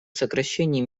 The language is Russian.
сокращении